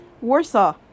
Warsaw